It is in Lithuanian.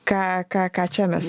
ką ką ką čia mes